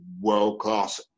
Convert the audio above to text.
world-class